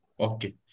Okay